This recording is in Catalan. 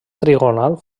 trigonal